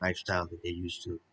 lifestyle that they used to